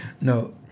No